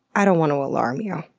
i don't want to alarm you,